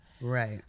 right